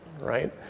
right